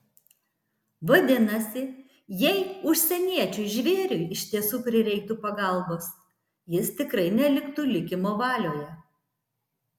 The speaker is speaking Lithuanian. vadinasi jei užsieniečiui žvėriui iš tiesų prireiktų pagalbos jis tikrai neliktų likimo valioje